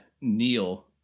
Neil